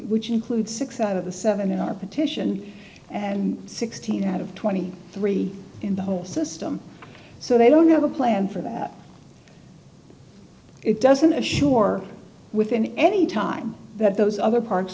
which include six out of the seven in our petition and sixteen out of twenty three dollars in the whole system so they don't have a plan for that it doesn't assure within any time that those other parts